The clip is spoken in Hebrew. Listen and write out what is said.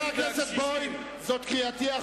חבר הכנסת חסון, אני קורא אותך